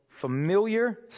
familiar